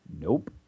Nope